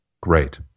Great